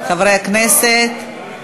חברי הכנסת,